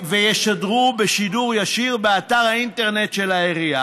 וישדרו בשידור ישיר באתר האינטרנט של העירייה